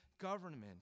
government